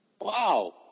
Wow